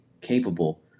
capable